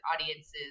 audiences